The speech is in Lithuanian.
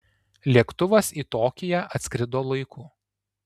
lėktuvas į tokiją atskrido laiku